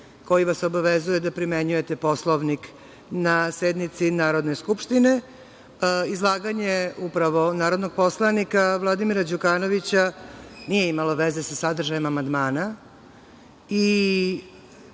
koji vas obavezuje da primenjujete Poslovnik na sednici Narodne skupštine. Izlaganje upravo, narodnog poslanika Vladimira Đukanovića nije imalo veze sa sadržajem amandmana